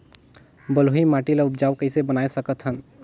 बलुही माटी ल उपजाऊ कइसे बनाय सकत हन?